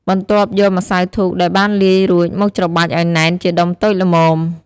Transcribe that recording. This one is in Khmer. បន្ទាប់យកម្សៅធូបដែលបានលាយរួចមកច្របាច់ឱ្យណែនជាដុំតូចល្មម។